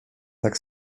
tak